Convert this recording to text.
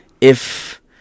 if-